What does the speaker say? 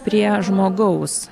prie žmogaus